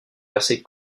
versées